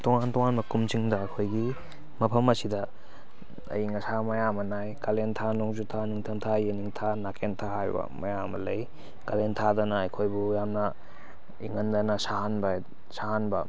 ꯇꯣꯉꯥꯟ ꯇꯣꯉꯥꯟꯕ ꯀꯨꯝꯁꯤꯡꯗ ꯑꯩꯈꯣꯏꯒꯤ ꯃꯐꯝ ꯑꯁꯤꯗ ꯑꯏꯪ ꯑꯁꯥ ꯃꯌꯥꯝ ꯑꯃ ꯅꯥꯏ ꯀꯥꯂꯦꯟ ꯊꯥ ꯅꯣꯡꯖꯨ ꯊꯥ ꯅꯤꯡꯊꯝ ꯊꯥ ꯌꯦꯅꯤꯡ ꯊꯥ ꯅꯥꯀꯦꯟ ꯊꯥ ꯍꯥꯏꯕ ꯃꯌꯥꯝ ꯑꯃ ꯂꯩ ꯀꯥꯂꯦꯟ ꯊꯥꯗꯅ ꯑꯩꯈꯣꯏꯕꯨ ꯌꯥꯝꯅ ꯏꯪꯍꯟꯗꯅ ꯁꯥꯍꯟꯕ ꯁꯥꯍꯟꯕ